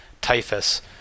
typhus